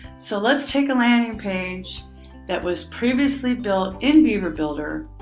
so let's take a landing page that was previously built in beaver builder